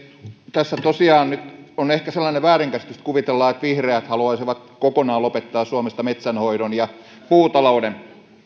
tässä tosiaan on nyt ehkä sellainen väärinkäsitys että kuvitellaan että vihreät haluaisivat kokonaan lopettaa suomesta metsänhoidon ja puutalouden